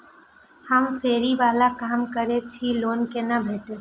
हम फैरी बाला काम करै छी लोन कैना भेटते?